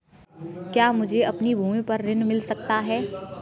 क्या मुझे अपनी भूमि पर ऋण मिल सकता है?